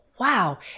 wow